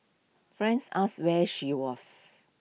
friends asked where she was